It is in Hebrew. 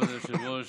כבוד היושב-ראש,